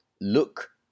Look